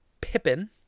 Pippin